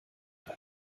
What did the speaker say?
mal